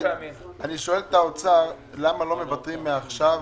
אני שואל את משרד האוצר: למה לא מוותרים מעכשיו,